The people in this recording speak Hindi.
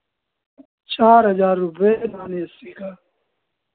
चार हजार रुपए नन ए सी का